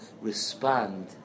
respond